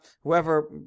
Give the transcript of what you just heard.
whoever